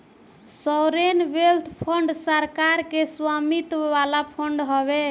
sovereign wealth fund सरकार के स्वामित्व वाला फंड हवे